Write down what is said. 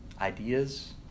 ideas